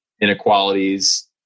inequalities